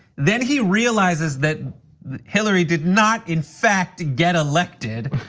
then he realizes that hillary did not in fact get elected.